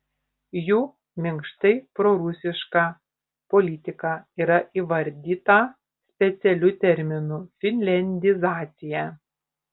jų minkštai prorusiška politika yra įvardyta specialiu terminu finliandizacija